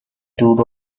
دور